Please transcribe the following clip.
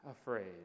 afraid